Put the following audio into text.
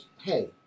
hey